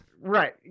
Right